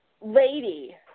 lady